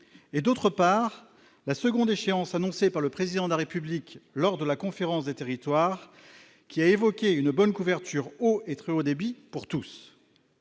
et, d'autre part, la seconde échéance annoncée par le président de la République lors de la conférence des territoires qui a évoqué une bonne couverture haut et très haut débit pour tous